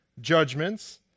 judgments